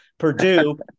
Purdue